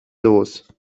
los